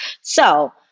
So-